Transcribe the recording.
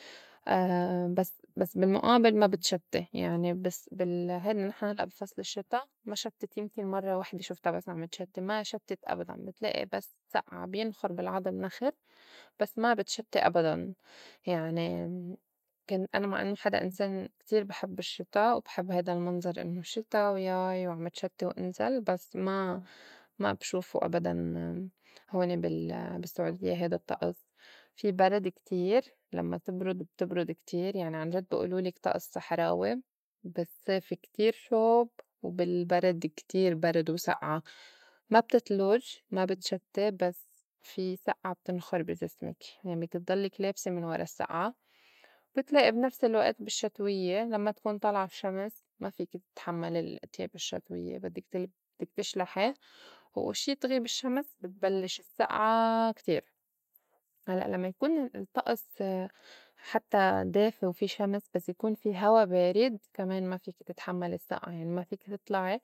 بس- بس بالمُئابل ما بتشتّي. يعني بس بال هاي نحن هلّأ بي فصل الشِّتا ما شتّت يمكن مرّة وحدة شِفتا بس عم تشتّي ما شتّت أبداً. بتلائي بس سئعة بينخُر بالعضم نخَر بس ما بتشتّي أبداً. يعني كنت أنا مع إنّو حدا إنسان كتير بي حب الشّتا وبحب هيدا المنظر إنّو شتا وياي وعم تشتّي وانزل بس ما- ما بشوفو أبداً هوني بال- بالسعوديّة. هيدا الطّقس في برد كتير لمّا تبرد بتبرُد كتير، يعني عنجد بي ئولولك طقس صحراوي بالصّيف كتير شوب، وبالبرد كتير برد وسئعة. ما بتتلُج ما بتشتّي بس في سئعة بتنخُر بي جسمك، يعني بدّك ضلّك لابسة من ورا السّئعة. بتلائي بنفس الوقت بالشّتويّة لمّا تكون طالعة الشّمس ما فيكي تتحمّلي التياب الشّتويّة بدّك- ت- بدّك تشلحي، وشي تغيب الشّمس بي تبلّش السّئعة كتير. هلّأ لمّا يكون الطّقس حتّى دافي وفي شمس بس يكون في هوا بارد كمان ما فيكي تتحمّلي السّئعة يعني ما فيكي تطلعي